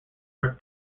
were